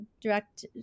direct